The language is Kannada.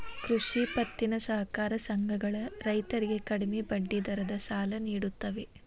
ಕೃಷಿ ಪತ್ತಿನ ಸಹಕಾರ ಸಂಘಗಳ ರೈತರಿಗೆ ಕಡಿಮೆ ಬಡ್ಡಿ ದರದ ಸಾಲ ನಿಡುತ್ತವೆ